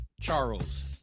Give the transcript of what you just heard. Charles